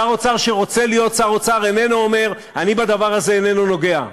שר אוצר שרוצה להיות שר אוצר איננו אומר: אני בדבר הזה אינני נוגע.